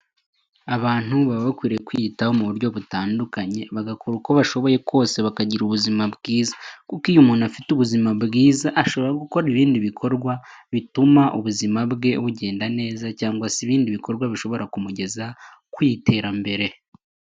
Abantu baba bakwiriye kwiyitaho muburyo butandukanye, bagakora uko bashoboye kose bakagira ubuzima bwiza, kuko iyo umuntu afite ubuzima bwiza aba ashobora gukora ibikorwa bituma ubuzima bwe bugenda neza, nyine ibikorwa bishobora kumugeza ku iterambere.